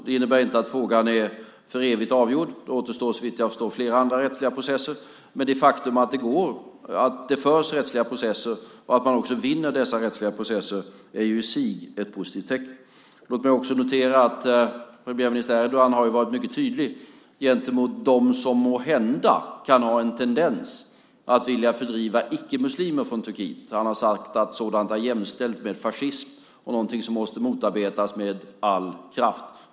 Det innebär inte att frågan är för evigt avgjord - det återstår, såvitt jag förstår, flera andra rättsliga processer. Men det faktum att det förs rättsliga processer och att man också vinner dessa rättsliga processer är i sig ett positivt tecken. Låt mig också notera att premiärminister Erdogan har varit mycket tydlig gentemot dem som måhända har en tendens att vilja fördriva icke-muslimer från Turkiet. Han har sagt att sådant är jämställt med fascism och någonting som måste motarbetas med all kraft.